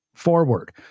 Forward